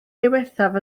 ddiwethaf